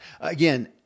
Again